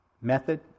method